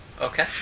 Okay